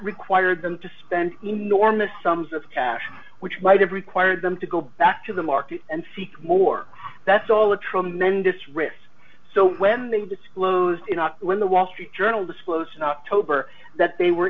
required them to spend enormous sums of cash which might have required them to go back to the market and seek more that's a tremendous risk so when they disclosed when the wall street journal disclosed in october that they were